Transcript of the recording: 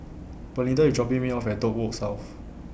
Belinda IS dropping Me off At Dock Road South